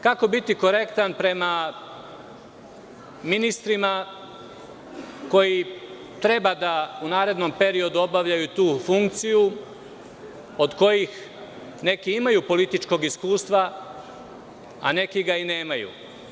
Kako biti korektan prema ministrima koji treba da u narednom periodu obavljaju tu funkciju, od kojih neki imaju političkog iskustva, a neki ga i nemaju?